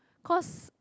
because